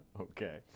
Okay